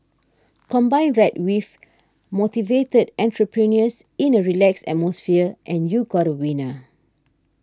combine that with motivated entrepreneurs in a relaxed atmosphere and you got a winner